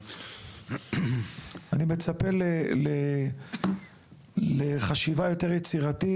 אני מצפה לחשיבה יותר יצירתית,